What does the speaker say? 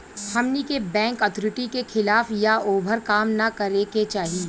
हमनी के bank authority के खिलाफ या ओभर काम न करे के चाही